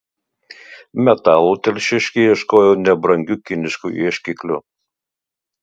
metalo telšiškiai ieškojo nebrangiu kinišku ieškikliu